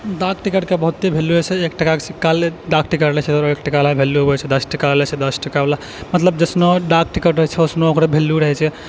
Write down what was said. डाक टिकटके बहुते वैल्यू होइ छै एक टाकाके सिक्का दस टाकावला लए छै ओकरा दस टाकावला मतलब जैसनो डाक टिकट रहै छै ओइसनो ओकरो वैल्यू रहै छै